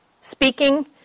speaking